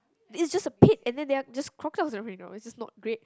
it's just a pet and then they are just crawl out this is not great